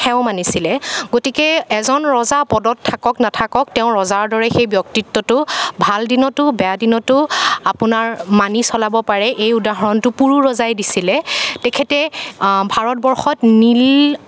সেও মানিছিলে গতিকে এজন ৰজা পদত থাকক নাথাকক তেওঁ ৰজাৰ দৰে সেই ব্য়ক্তিত্বটো ভাল দিনতো বেয়া দিনতো মানি চলাব পাৰে এই উদাহৰণটো পুৰু ৰজাই দিছিলে তেখেতে ভাৰতবৰ্ষত নীল